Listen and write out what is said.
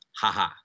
haha